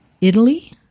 Italy